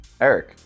Eric